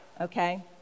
okay